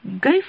go